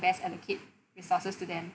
best allocate resources to them